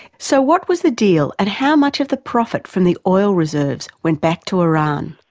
so what was the deal, and how much of the profit from the oil reserves went back to iran?